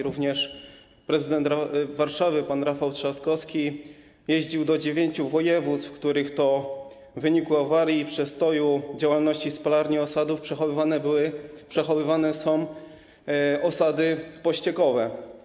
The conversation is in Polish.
Również prezydent Warszawy pan Rafał Trzaskowski jeździł do dziewięciu województw, w których to w wyniku awarii i przestoju działalności spalarni osadów przechowywane są osady pościekowe.